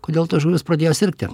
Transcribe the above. kodėl tos žuvys pradėjo sirgti